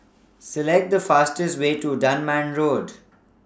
Select The fastest Way to Dunman Road